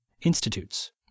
Institutes